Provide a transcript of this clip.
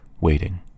waiting